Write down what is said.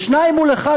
ושניים מול אחד,